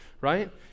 Right